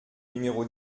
numéro